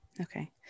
Okay